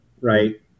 right